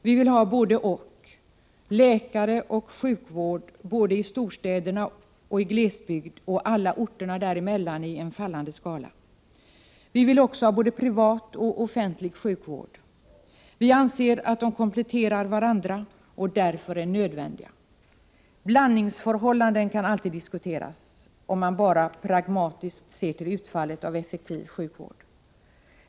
Vi vill ha både-och: läkare och sjukvård både i storstäderna och i glesbygd och i alla orter där emellan i en fallande skala. Vi vill också ha både privat och offentlig sjukvård. Vi anser att de kompletterar varandra och därför är nödvändiga. Blandningsförhållanden kan alltid diskuteras, om man bara pragmatiskt ser till utfallet av effektiv sjukvård.